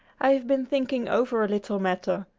i have been thinking over a little matter.